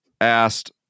asked